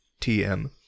TM –